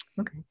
Okay